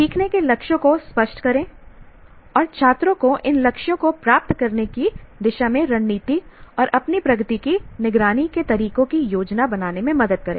सीखने के लक्ष्यों को स्पष्ट करें और छात्रों को इन लक्ष्यों को प्राप्त करने की दिशा में रणनीति और अपनी प्रगति की निगरानी के तरीकों की योजना बनाने में मदद करें